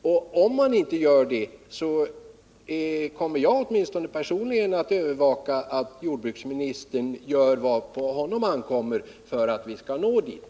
Och om man inte gör det kommer åtminstone jag att personligen övervaka att jordbruksministern gör vad på honom ankommer för att vi skall nå dithän.